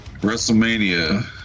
WrestleMania